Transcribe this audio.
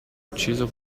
ucciso